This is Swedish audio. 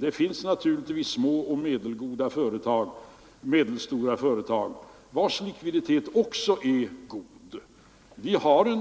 Det finns naturligtvis små och medelstora företag vilkas likviditet också är god. I de